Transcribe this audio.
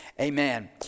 Amen